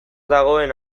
dagoen